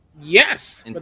Yes